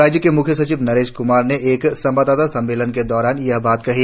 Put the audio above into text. राज्य के मुख्य सचिव नरेश कुमार ने एक संवाददाता सम्मेलन के दौरान यह बात कही